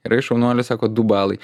gerai šaunuolis sako du balai